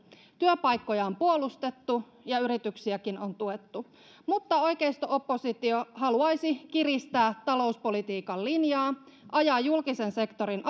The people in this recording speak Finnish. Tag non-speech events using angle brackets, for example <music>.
työpaikkoja on puolustettu ja yrityksiäkin on tuettu mutta oikeisto oppositio haluaisi kiristää talouspolitiikan linjaa ajaa julkisen sektorin <unintelligible>